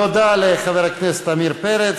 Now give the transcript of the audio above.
תודה לחבר הכנסת עמיר פרץ.